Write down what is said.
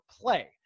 play